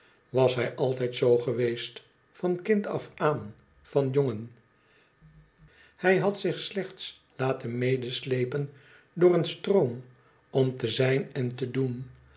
was hij altijd zoo geweest van kind af aan van jongen hij had zich slechts laten medeslepen door een stroom om te zijn en te doen